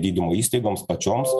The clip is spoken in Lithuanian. gydymo įstaigoms pačioms